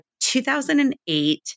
2008